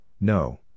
no